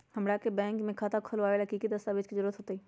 हमरा के बैंक में खाता खोलबाबे ला की की दस्तावेज के जरूरत होतई?